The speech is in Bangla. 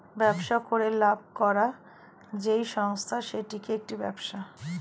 ব্যবসা করে লাভ করে যেই সংস্থা সেইটা একটি ব্যবসা